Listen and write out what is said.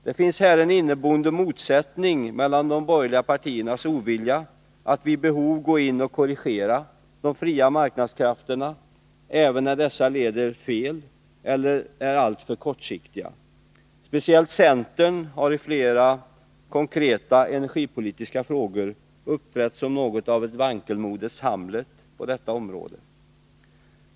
Det finns här en inneboende motsättning mellan de borgerliga partiernas ovilja att vid behov gå in och korrigera de fria marknadskrafterna även när dessa leder fel eller är alltför kortsiktiga. Framför allt har centern i flera konkreta energipolitiska frågor uppträtt som låt mig säga vankelmodets Hamlet på detta område.